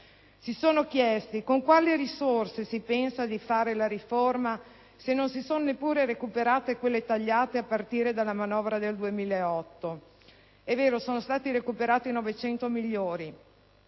Si sono chiesti: con quali risorse si pensa di fare la riforma se non si sono neppure recuperate quelle tagliate a partire dalla manovra del 2008? È vero, sono stati recuperati 900 milioni,